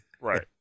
Right